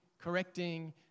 correcting